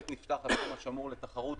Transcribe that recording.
עת נפתח התחום השמור לתחרות,